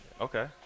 Okay